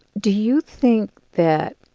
do you think that